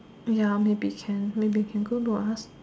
ya maybe can maybe can go for us